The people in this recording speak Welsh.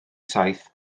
saith